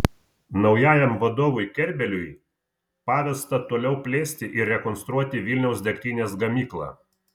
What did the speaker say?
naujajam vadovui kerbeliui pavesta toliau plėsti ir rekonstruoti vilniaus degtinės gamyklą